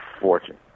fortune